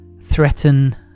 threaten